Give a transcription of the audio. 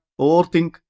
overthink